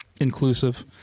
inclusive